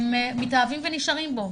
הם מתאהבים ונשארים בו.